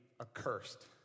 accursed